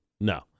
no